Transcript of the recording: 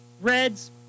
reds